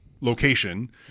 location